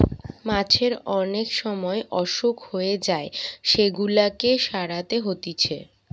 মাছের অনেক সময় অসুখ হয়ে যায় সেগুলাকে সারাতে হতিছে